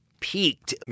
peaked